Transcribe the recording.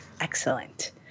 Excellent